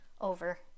over